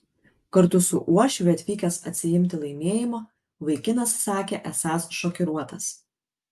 kartu su uošviu atvykęs atsiimti laimėjimo vaikinas sakė esąs šokiruotas